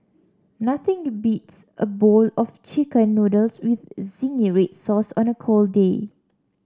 nothing beats a bowl of chicken noodles with zingy red sauce on a cold day